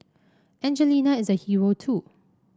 Angelina is a hero too